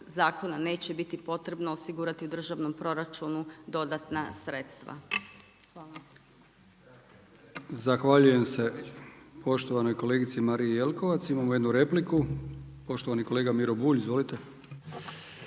neće biti potrebno osigurati u državnom proračunu dodatna sredstva. Hvala. **Brkić, Milijan (HDZ)** Zahvaljujem se poštovanoj kolegici Mariji Jelkovac. Imamo jednu repliku, poštovani kolega Miro Bulj. Izvolite.